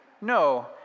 No